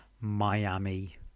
miami